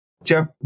Jeff